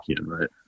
Right